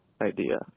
idea